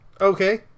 Okay